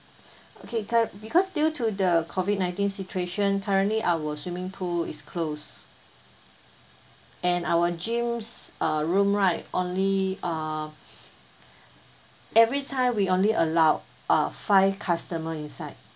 okay cur~ because due to the COVID nineteen situation currently our swimming pool is closed and our gyms uh room right only err every time we only allowed uh five customer inside